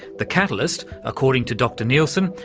the catalyst, according to dr neilsen,